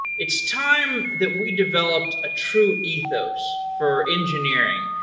it's time that we developed a true ethos for engineering,